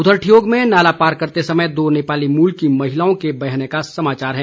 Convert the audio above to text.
उधर ठियोग में नाला पार करते समय दो नेपाली मूल की महिलाओं के बहने का समाचार है